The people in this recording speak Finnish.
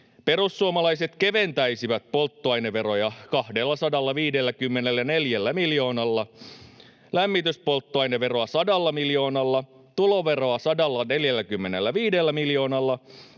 Perussuomalaiset keventäisivät polttoaineveroja 254 miljoonalla, lämmityspolttoaineveroa sadalla miljoonalla, tuloveroa 145 miljoonalla